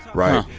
right?